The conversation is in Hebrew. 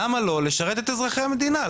למה לא לשרת את אזרחי המדינה?